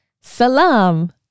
Salam